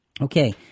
Okay